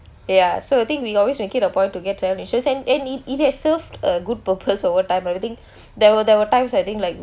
ya so the thing we always make it a point to get term insurance and it it has served a good purpose over time everything there were there were times I think like